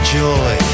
joy